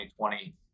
2020